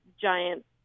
giant